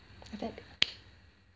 F&B